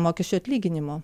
mokesčių atlyginimo